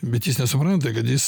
bet jis nesupranta kad jis